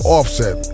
Offset